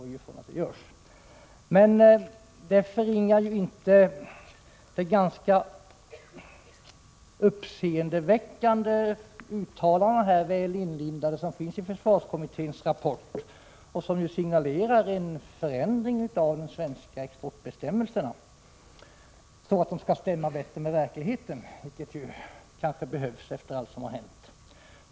Men detta förringar inte det ganska uppseendeväckande uttalande som finns i försvarskommitténs rapport och som signalerar en förändring av de svenska exportbestämmelserna, så att de skall stämma bättre med verkligheten, vilket kanske behövs efter allt som har hänt.